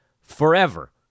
forever